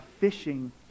fishing